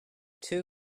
two